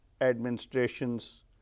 administrations